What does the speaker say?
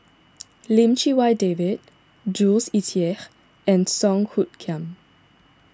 Lim Chee Wai David Jules Itier and Song Hoot Kiam